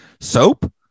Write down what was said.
Soap